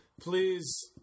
please